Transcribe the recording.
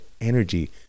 energy